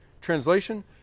Translation